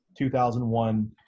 2001